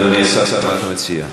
אדוני השר, מה אתה מציע?